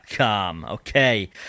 Okay